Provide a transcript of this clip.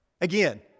Again